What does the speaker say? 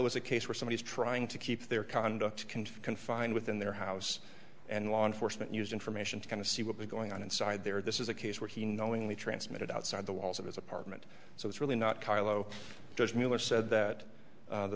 it was a case where somebody is trying to keep their conduct confined within their house and law enforcement used information to kind of see what was going on inside there this is a case where he knowingly transmitted outside the walls of his apartment so it's really not carlo miller said that the th